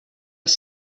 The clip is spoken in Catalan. els